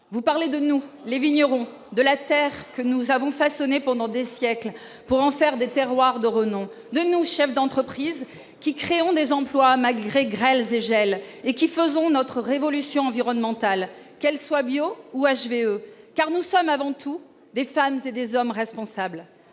vous parlez de nous les vignerons de la terre que nous avons façonné pendant des siècles pour en faire des terroirs de renom de nous, chefs d'entreprise qui créeront des emplois malgré grêle Cégétel et qui faisons notre révolution environnementale, qu'elle soit bio ou achever eux car nous sommes avant tout des femmes et des hommes responsables